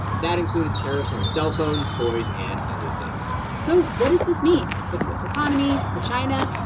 and that included tariffs on cellphones, toys and other things so what does this mean for the u s. economy, for china?